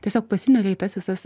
tiesiog pasineria į tas visas